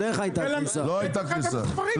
ועוד איך הייתה קריסה.